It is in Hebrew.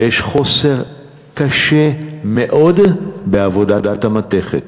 ויש חוסר קשה מאוד בעבודת המתכת,